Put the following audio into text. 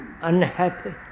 unhappy